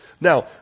Now